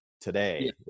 today